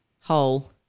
Hole